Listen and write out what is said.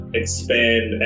expand